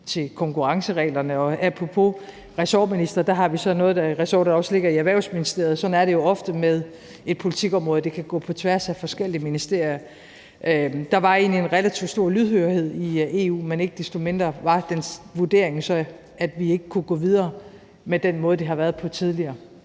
til konkurrencereglerne. Og apropos ressortminister har vi så noget af et ressort, der ligger i Erhvervsministeriet. Sådan er det jo ofte med et politikområde, at det kan gå på tværs af forskellige ministerier. Der var egentlig en relativt stor lydhørhed i EU, men ikke desto mindre var dens vurdering, at vi ikke kunne gå videre med den måde, det har været på tidligere.